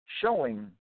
Showing